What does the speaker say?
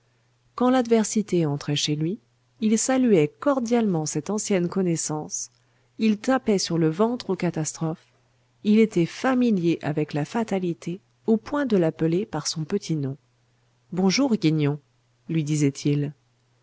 quand l'adversité entrait chez lui il saluait cordialement cette ancienne connaissance il tapait sur le ventre aux catastrophes il était familier avec la fatalité au point de l'appeler par son petit nom bonjour guignon lui disait-il